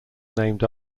named